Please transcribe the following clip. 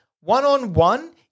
one-on-one